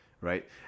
right